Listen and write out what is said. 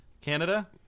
Canada